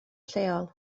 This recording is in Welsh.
lleol